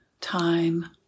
time